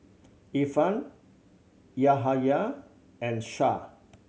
Irfan Yahaya and Shah